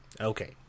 Okay